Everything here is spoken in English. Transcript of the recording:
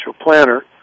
planner